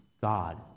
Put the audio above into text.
God